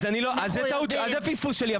אז זה פספוס שלי.